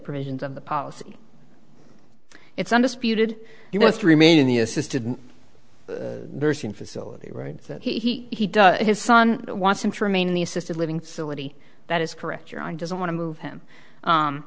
provisions of the policy it's undisputed you must remain in the assisted living facility right that he does his son wants him to remain in the assisted living facility that is correct you're on doesn't want to move him